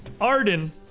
Arden